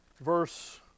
Verse